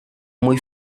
muy